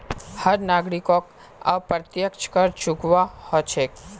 हर नागरिकोक अप्रत्यक्ष कर चुकव्वा हो छेक